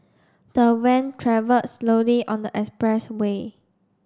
the van travelled slowly on the expressway